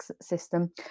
system